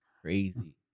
crazy